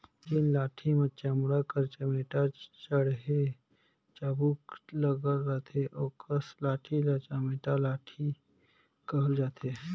जेन लाठी मे चमड़ा कर चमेटा चहे चाबूक लगल रहथे ओकस लाठी ल चमेटा लाठी कहल जाथे